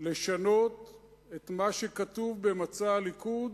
לשנות את מה שכתוב במצע הליכוד,